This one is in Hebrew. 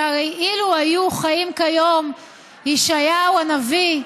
שהרי אילו היו חיים כיום ישעיהו הנביא,